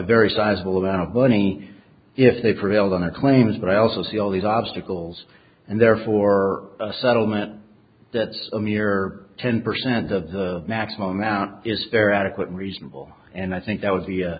very sizable amount of money if they prevailed on her claims but i also see all these obstacles and therefore a settlement that a mere ten percent of the maximum amount is fair adequate and reasonable and i think that was the